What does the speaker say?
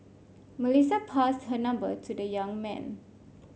Melissa passed her number to the young man